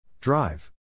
Drive